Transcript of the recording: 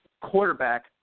quarterback